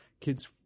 kids